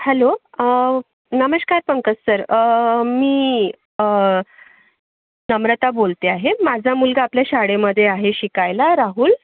hello नमस्कार Pankaj sir मी नम्रता बोलते आहे माझा मुलगा आपल्या शाळेमध्ये आहे शिकायला राहूल